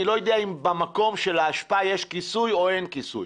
אני לא יודע אם במקום של האשפה יש כיסוי או אין כיסוי.